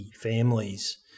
families